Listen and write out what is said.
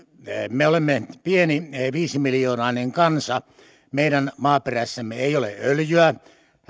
me olemme pieni viisimiljoonainen kansa meidän maaperässämme ei ole öljyä